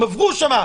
הם עברו שם.